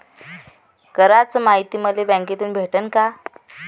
कराच मायती मले बँकेतून भेटन का?